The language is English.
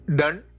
done